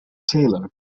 taylor